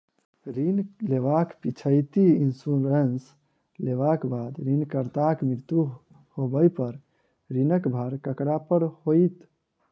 ऋण लेबाक पिछैती इन्सुरेंस लेबाक बाद ऋणकर्ताक मृत्यु होबय पर ऋणक भार ककरा पर होइत?